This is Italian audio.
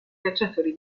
cacciatori